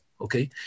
Okay